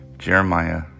Jeremiah